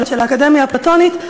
של האקדמיה האפלטונית,